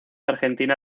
argentina